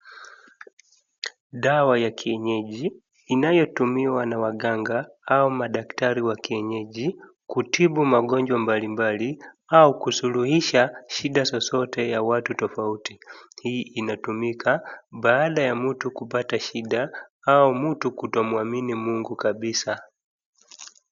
Dawa ya kienyeji inayotumiwa na waganga au madaktari wa kienyeji, kutibu magonjwa mbalimbali au kusuluhisha shida zozote ya watu tofauti. Hii inatumika baada ya mtu kupata shida au mtu kutomwamini Mungu kabisa.